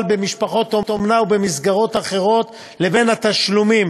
במשפחות אומנה ובמסגרות אחרות לבין התשלומים